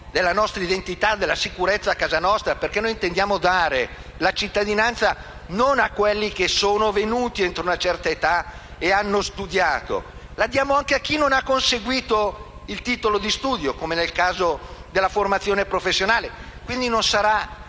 nostra identità e della sicurezza a casa nostra, perché noi intendiamo dare la cittadinanza non a coloro che sono venuti nel nostro Paese entro una certa età e hanno studiato: la diamo anche a chi non ha conseguito un titolo di studio, come nel caso della formazione professionale. Quindi, sarà